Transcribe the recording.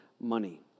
money